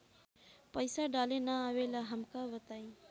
पईसा डाले ना आवेला हमका बताई?